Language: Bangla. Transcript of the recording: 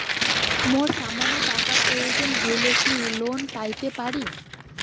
মোর সামান্য টাকার প্রয়োজন হইলে কি লোন পাইতে পারি?